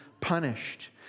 Punished